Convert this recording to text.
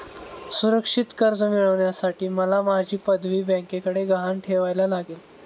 सुरक्षित कर्ज मिळवण्यासाठी मला माझी पदवी बँकेकडे गहाण ठेवायला लागेल